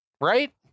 Right